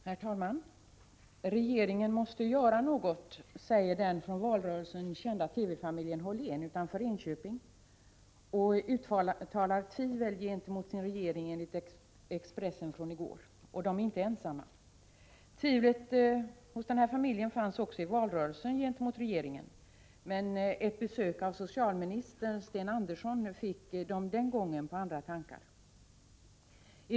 Herr talman! ”Regeringen måste göra något”, säger den från valrörelsen kända TV-familjen Hållén utanför Enköping och uttalar tvivel gentemot sin regering, enligt Expressen från i går. Och de är inte ensamma. Tvivlet gentemot regeringen fanns också i valrörelsen hos den här familjen, men ett besök av socialminister Sten Andersson fick dem den gången på andra tankar.